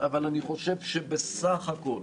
אבל אני חושב שבסך הכול